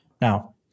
Now